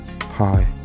Hi